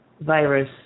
virus